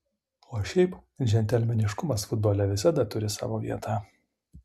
o šiaip džentelmeniškumas futbole visada turi savo vietą